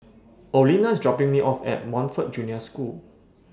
Olena IS dropping Me off At Montfort Junior School